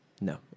no